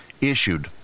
issued